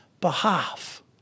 behalf